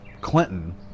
Clinton